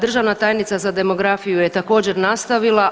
Državna tajnica za demografiju je također nastavila.